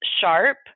sharp